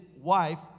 wife